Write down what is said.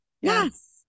yes